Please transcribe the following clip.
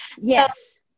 Yes